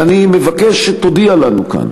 1. אני מבקש שתודיע לנו כאן